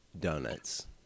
donuts